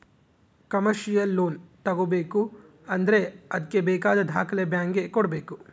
commercial loan ತಗೋಬೇಕು ಅಂದ್ರೆ ಅದ್ಕೆ ಬೇಕಾದ ದಾಖಲೆ ಬ್ಯಾಂಕ್ ಗೆ ಕೊಡ್ಬೇಕು